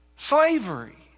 slavery